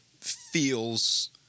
feels